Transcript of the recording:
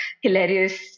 hilarious